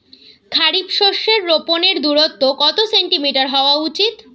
খারিফ শস্য রোপনের দূরত্ব কত সেন্টিমিটার হওয়া উচিৎ?